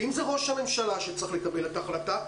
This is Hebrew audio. ואם זה ראש הממשלה שצריך לקבל את ההחלטה,